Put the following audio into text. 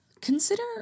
Consider